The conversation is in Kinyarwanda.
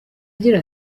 agira